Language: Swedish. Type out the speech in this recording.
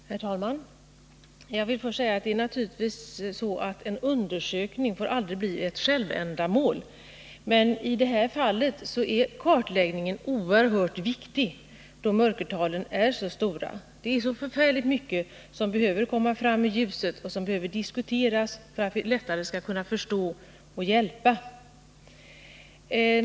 Herr talman! Jag vill först säga att det är naturligtvis så att en undersökning aldrig får bli ett självändamål. Men i det här fallet är kartläggningen oerhört viktig, då mörkertalen är så stora. Det är så förfärligt mycket som behöver komma fram i ljuset och som behöver diskuteras för att vi lättare skall kunna förstå och hjälpa.